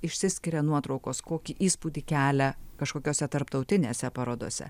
išsiskiria nuotraukos kokį įspūdį kelia kažkokiose tarptautinėse parodose